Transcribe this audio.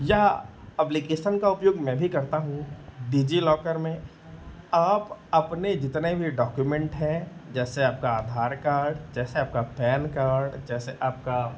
यह एप्लीकेशन का उपयोग मैं भी करता हूँ डिज़िलॉकर में और आप अपने जितने भी डाक्यूमेन्ट हैं जैसे आपका आधार कार्ड जैसे आपका पैन कार्ड जैसे आपका